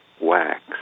wax